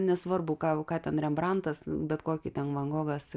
nesvarbu ką ką ten rembrantas bet kokį ten van gogas